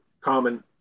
common